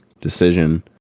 decision